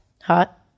Hot